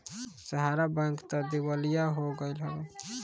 सहारा bank तअ दिवालिया हो गईल हवे